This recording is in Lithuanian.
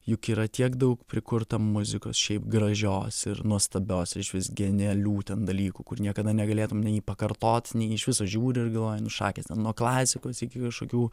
juk yra tiek daug prikurta muzikos šiaip gražios ir nuostabios išvis genialių ten dalykų kur niekada negalėtum nei jį pakartot nei į jį iš viso žiūri ir galvoji nu šakės ten nuo klasikos iki kažkokių